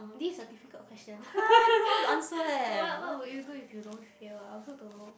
this is a difficult question what what would you do if you don't fail I also don't know